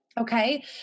okay